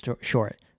short